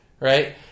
Right